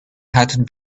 had